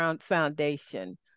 foundation